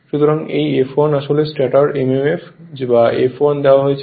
সুতরাং এই F1 আসলে স্টেটর mmf বা F1 দেওয়া হয়েছে